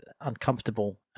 uncomfortable